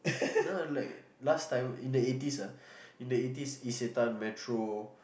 uh like last time in the eighty's ah in the eighty's Isetan Metro